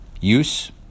use